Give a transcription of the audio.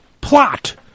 plot